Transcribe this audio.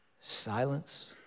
silence